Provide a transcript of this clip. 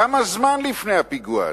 כמה זמן לפני הפיגוע הזה?